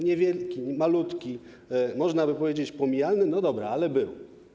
Niewielki, malutki, można powiedzieć, pomijalny - no dobra, ale był.